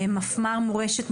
מפמ"ר מורשת,